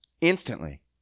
instantly